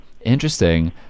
Interesting